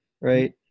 right